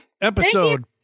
episode